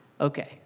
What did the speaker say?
Okay